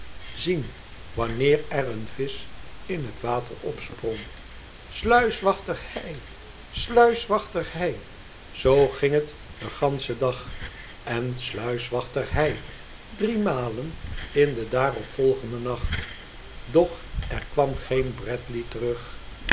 zien wanneer er een visch in het water opsprong sluiswachter hei sluiswachter hei zoo ging het den ganschen dag en sluiswachter hij drie malen in den daarop volgenden nacht doch er kwam geen bradley terug